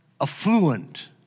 affluent